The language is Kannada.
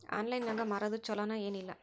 ಆನ್ಲೈನ್ ನಾಗ್ ಮಾರೋದು ಛಲೋ ಏನ್ ಇಲ್ಲ?